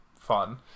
fun